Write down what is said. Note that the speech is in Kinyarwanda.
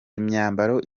imyambaro